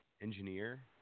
engineer